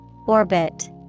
Orbit